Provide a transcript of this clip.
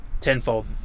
tenfold